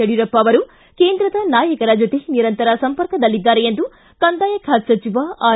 ಯಡಿಯೂರಪ್ಪ ಅವರು ಕೇಂದ್ರದ ನಾಯಕರ ಜೊತೆ ನಿರಂತರ ಸಂಪರ್ಕದಲ್ಲಿದ್ದಾರೆ ಎಂದು ಕಂದಾಯ ಖಾತೆ ಸಚಿವ ಆರ್